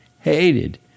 hated